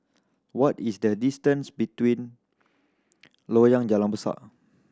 what is the distance between Loyang Jalan Besar